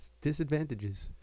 disadvantages